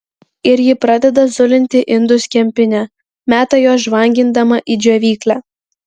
ir ji pradeda zulinti indus kempine meta juos žvangindama į džiovyklę